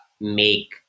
make